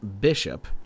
Bishop